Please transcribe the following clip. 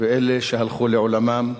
ואלה שהלכו לעולמם.